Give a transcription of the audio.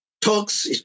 talks